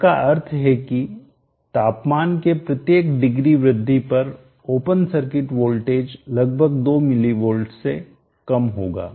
जिसका अर्थ है कि तापमान के प्रत्येक डिग्री वृद्धि पर ओपन सर्किट वोल्टेज लगभग 2 मिलीवोल्ट से कम होगा